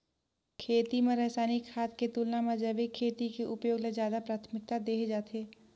खेती म रसायनिक खाद के तुलना म जैविक खेती के उपयोग ल ज्यादा प्राथमिकता देहे जाथे